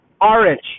orange